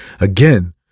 again